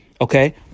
Okay